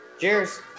Cheers